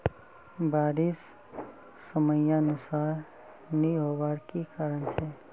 बारिश समयानुसार नी होबार की कारण छे?